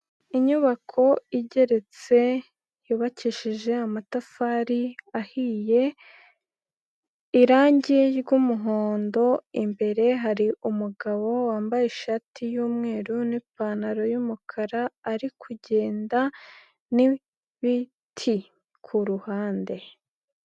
Inyubako igeretse yubakishije amatafari ahiye, irangi ry'umuhondo, imbere hari umugabo wambaye ishati y'umweru n'ipantaro y'umukara ari kugenda n'ibiti ku ruhande.